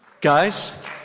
Guys